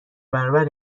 برابر